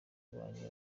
banjye